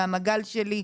גם "הגל שלי".